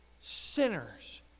sinners